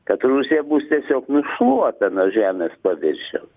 kad rusija bus tiesiog nušluota nuo žemės paviršiaus